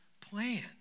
plan